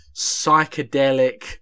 psychedelic